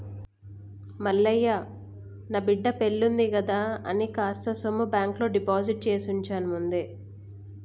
మల్లయ్య నా బిడ్డ పెల్లివుంది కదా అని కాస్త సొమ్ము బాంకులో డిపాజిట్ చేసివుంచాను ముందే